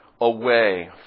away